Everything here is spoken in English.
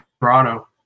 Toronto